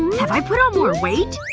have i put on more weight?